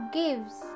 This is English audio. gives